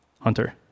Hunter